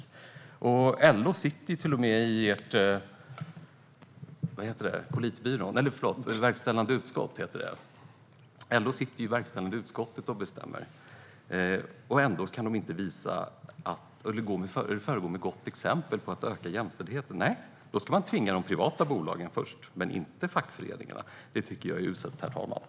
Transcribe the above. LO sitter till och med i Socialdemokraternas verkställande utskott och är med och bestämmer. Ändå kan de inte föregå med gott exempel när det gäller att öka jämställdheten. Nej, de privata bolagen ska först tvingas, men inte fackföreningarna. Det tycker jag är uselt, herr talman.